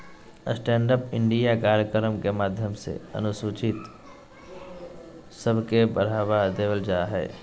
stand up India कार्यक्रम के माध्यम से अनुसूचित सब के बढ़ावा देवल जा हय